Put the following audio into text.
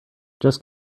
just